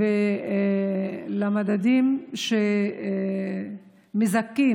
לקריטריונים ולמדדים שמזכים